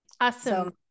Awesome